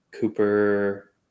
Cooper